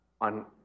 on